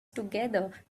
together